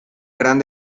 gran